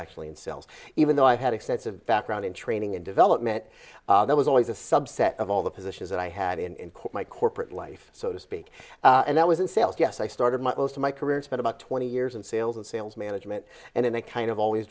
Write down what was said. actually in sales even though i had extensive background in training and development there was always a subset of all the positions that i had in my corporate life so to speak and that was in sales yes i started most of my career and spent about twenty years in sales and sales management and then they kind of always